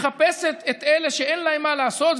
מחפשת את אלה שאין להם מה לעשות,